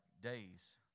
days